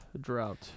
drought